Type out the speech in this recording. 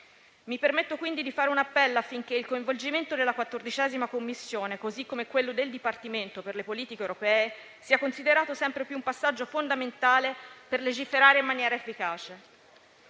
Mi permetto quindi di fare un appello affinché il coinvolgimento della 14a Commissione, così come quello del Dipartimento per le politiche europee, sia considerato sempre più un passaggio fondamentale per legiferare in maniera efficace.